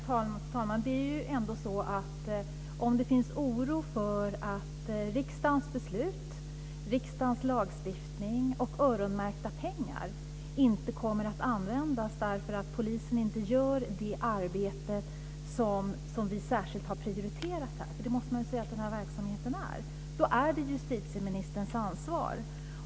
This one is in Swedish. Fru talman! Det finns oro för att av riksdagen beslutade lagstiftning och öronmärkta pengar inte ska komma till användning. Om polisen inte gör det arbete som vi särskilt har prioriterat - och man måste säga att den här verksamheten är prioriterad - är det något som ligger under justitieministerns ansvar.